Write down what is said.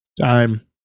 Time